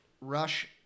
rush